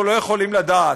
אנחנו לא יכולים לדעת.